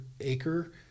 acre